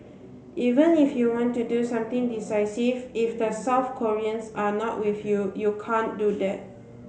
even if you want to do something decisive if the South Koreans are not with you you can't do that